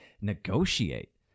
Negotiate